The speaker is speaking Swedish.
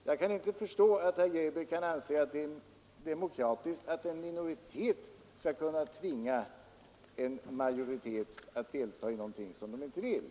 Jag kan inte förstå att herr Grebäck kan anse att det är demokratiskt att en minoritet skall kunna tvinga majoriteten att delta i någonting som den inte vill.